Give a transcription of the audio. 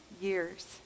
years